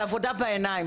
זו עבודה בעיניים.